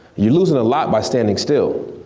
you're losin' a lot by standing still.